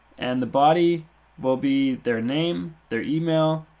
and the body will be their name, their email,